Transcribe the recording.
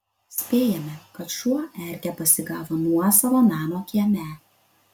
spėjame kad šuo erkę pasigavo nuosavo namo kieme